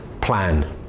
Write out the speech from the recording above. plan